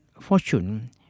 fortune